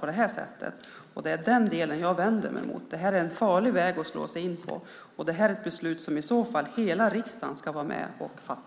och söder, och det är det jag vänder mig mot. Det är en farlig väg att slå in på. Det är ett beslut som hela riksdagen i så fall ska vara med och fatta.